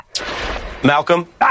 Malcolm